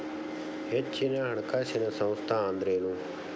ಹೆಚ್ಚಿನ ಹಣಕಾಸಿನ ಸಂಸ್ಥಾ ಅಂದ್ರೇನು?